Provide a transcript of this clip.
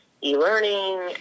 e-learning